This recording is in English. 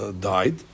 died